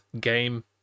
game